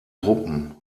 gruppen